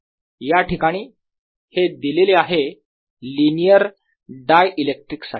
या ठिकाणी हे दिलेले आहे लिनियर डायइलेक्ट्रिक्स साठी